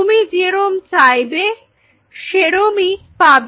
তুমি যেরকম চাইবে সেরকমই পাবে